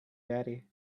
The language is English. daddy